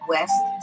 West